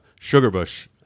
Sugarbush